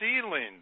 ceiling